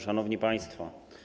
Szanowni Państwo!